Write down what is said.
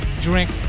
Drink